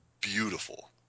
beautiful